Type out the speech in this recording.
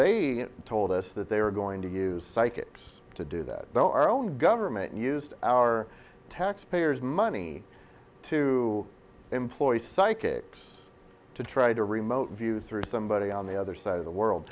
they told us that they were going to use psychics to do that though our own government used our taxpayers money to employ psychics to try to remote view through somebody on the other side of the world